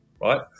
right